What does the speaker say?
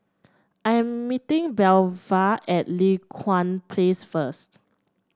I'm meeting Belva at Li Hwan Place first